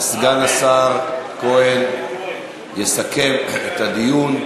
סגן השר כהן יסכם את הדיון,